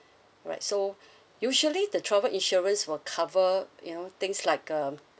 alright so usually the travel insurance will cover you know things like um